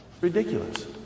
Ridiculous